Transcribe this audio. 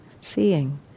seeing